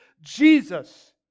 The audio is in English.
Jesus